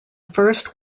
first